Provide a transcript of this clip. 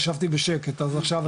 ישבתי בשקט אז עכשיו.